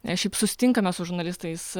šiaip susitinkame su žurnalistais